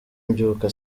mbyuka